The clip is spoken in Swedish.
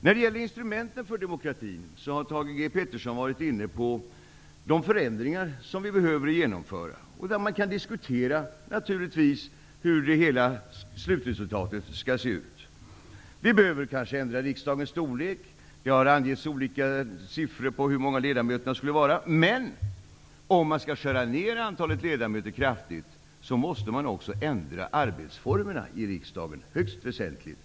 När det gäller instrumenten för demokratin har Thage G Peterson varit inne på de förändringar som vi behöver genomföra. Man kan naturligtvis diskutera hur slutresultatet skall se ut. Man behöver kanske ändra riksdagens storlek. Det har angetts olika siffror på hur många ledamöterna skulle vara. Om man skall skära ned antalet ledamöter kraftigt måste man också ändra arbetsformerna i riksdagen högst väsentligt.